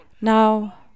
Now